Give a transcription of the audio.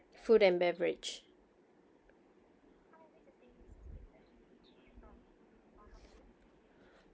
food and beverage